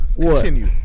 Continue